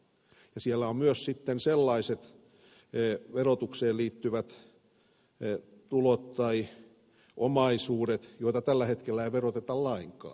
siinä ovat sitten myös sellaiset verotukseen liittyvät tulot tai omaisuudet joita tällä hetkellä ei veroteta lainkaan